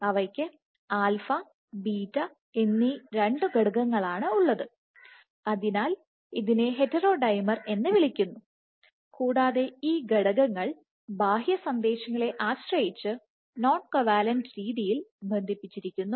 അവയ്ക്ക് alpha Alpha ∝ ബീറ്റBeta β എന്നീ രണ്ടു ഘടകങ്ങളാണ് ഉള്ളത് അതിനാൽ ഇതിനെ ഹെറ്ററോഡൈമർ എന്ന് വിളിക്കുന്നു കൂടാതെ ഈ ഘടകങ്ങൾ ബാഹ്യ സന്ദേശങ്ങളെ ആശ്രയിച്ച് നോൺ കോവാലന്റ് രീതിയിൽ ബന്ധിപ്പിച്ചിരിക്കുന്നു